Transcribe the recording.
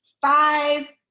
five